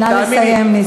נא לסיים.